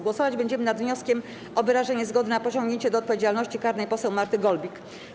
Głosować będziemy nad wnioskiem o wyrażenie zgody na pociągniecie do odpowiedzialności karnej poseł Marty Golbik.